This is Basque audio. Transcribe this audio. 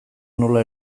nola